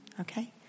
Okay